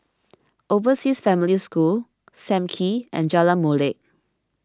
Overseas Family School Sam Kee and Jalan Molek